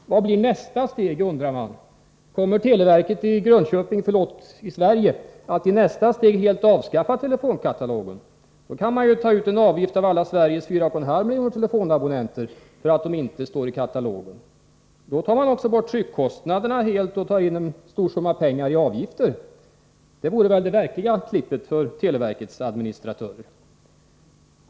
Vad blir nästa steg? undrar man. Kommer televerket i Grönköping — förlåt, i Sverige — att i nästa steg helt avskaffa telefonkatalogen? Då kan man ju ta ut en avgift av alla Sveriges 4,5 miljoner telefonabonnenter för att de inte står i katalogen. Samtidigt tar man också bort tryckkostnaderna. Det vore väl det verkliga klippet för televerkets administratörer!